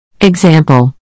Example